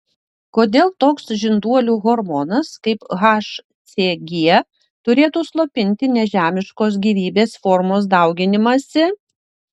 kodėl toks žinduolių hormonas kaip hcg turėtų slopinti nežemiškos gyvybės formos dauginimąsi